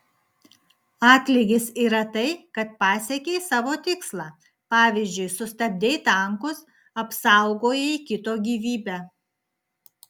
atlygis yra tai kad pasiekei savo tikslą pavyzdžiui sustabdei tankus apsaugojai kito gyvybę